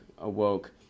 awoke